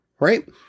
right